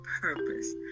purpose